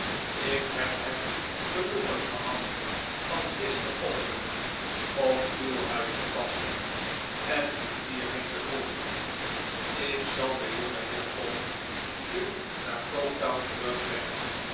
ik heb het genoegen gehad van gisterochtend op uw huis te passen en u hierheen te volgen ik zal den jongenheer tom nu naar goketown terugbrengen